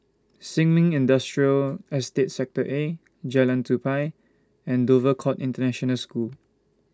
Sin Ming Industrial Estate Sector A Jalan Tupai and Dover Court International School